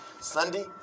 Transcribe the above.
Sunday